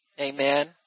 Amen